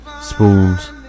spoons